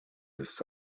ist